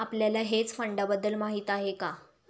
आपल्याला हेज फंडांबद्दल काही माहित आहे का?